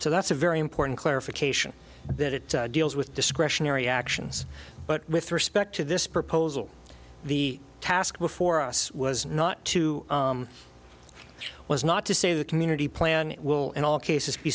so that's a very important clarification that it deals with discretionary actions but with respect to this proposal the task before us was not to was not to say the community plan will in all cases be